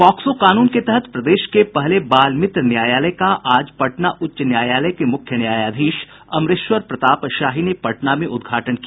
POCSO कानून के तहत प्रदेश के पहले बालमित्र न्यायालय का आज पटना उच्च न्यायालय के मुख्य न्यायाधीश अमरेश्वर प्रताप शाही ने पटना में उद्घाटन किया